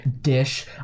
dish